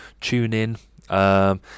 TuneIn